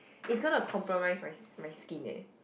is gonna compromise my my skin leh